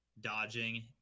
dodging